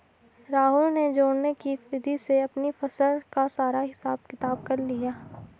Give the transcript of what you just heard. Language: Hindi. राहुल ने जोड़ने की विधि से अपनी फसल का सारा हिसाब किताब कर लिया